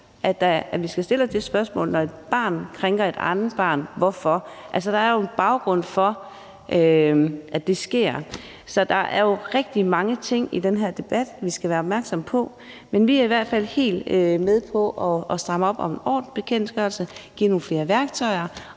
barn, skal stille spørgsmål om hvorfor. Altså, der er jo en baggrund for, at det sker. Så der er jo rigtig mange ting i den her debat, vi skal være opmærksomme på, men vi er i hvert fald helt med på at stramme op i ordensbekendtgørelsen og give nogle flere værktøjer,